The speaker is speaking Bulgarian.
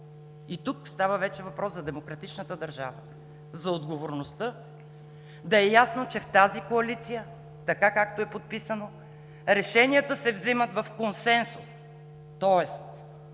и тук става вече въпрос за демократичната държава, за отговорността – да е ясно, че в тази коалиция така, както е подписано, решенията се взимат в консенсус.